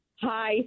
hi